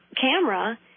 camera